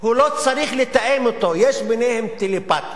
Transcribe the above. הוא לא צריך לתאם אתו, יש ביניהם טלפתיה.